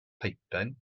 peipen